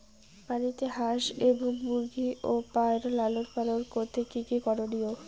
বাড়িতে হাঁস এবং মুরগি ও পায়রা লালন পালন করতে কী কী করণীয়?